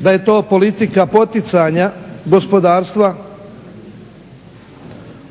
da je to politika poticanja gospodarstva,